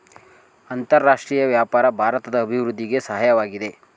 ಅಂತರರಾಷ್ಟ್ರೀಯ ವ್ಯಾಪಾರ ಭಾರತದ ಅಭಿವೃದ್ಧಿಗೆ ಸಹಾಯವಾಗಿದೆ